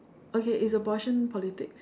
okay is abortion politics